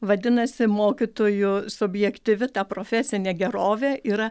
vadinasi mokytojų subjektyvi ta profesinė gerovė yra